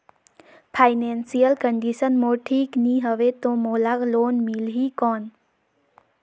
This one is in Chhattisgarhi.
फाइनेंशियल कंडिशन मोर ठीक नी हवे तो मोला लोन मिल ही कौन??